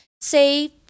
say